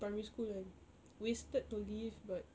primary school kan wasted to leave but